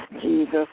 Jesus